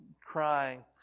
crying